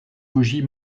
logis